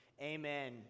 amen